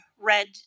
red